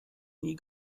nie